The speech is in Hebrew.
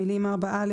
המילים "4א,